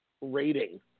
rating